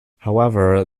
however